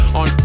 on